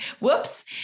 whoops